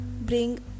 bring